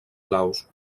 blaus